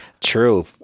True